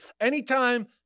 anytime